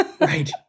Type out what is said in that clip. Right